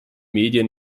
medien